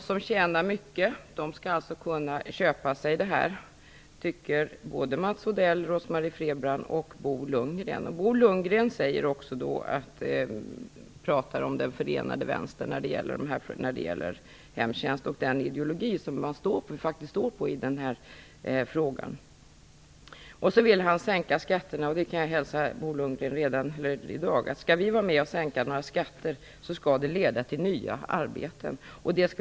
De som tjänar mycket skall alltså kunna köpa sig dessa tjänster tycker Mats Odell, Bo Lundgren talar om den förenade vänstern när det gäller hemtjänst och den ideologi som vi faktiskt står för i frågan. Han vill också sänka skatterna. Jag kan redan i dag hälsa Bo Lundgren att om vi skall vara med och sänka några skatter, så skall det leda till nya arbeten.